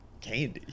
Candy